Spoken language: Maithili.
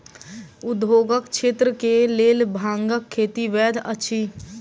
उद्योगक क्षेत्र के लेल भांगक खेती वैध अछि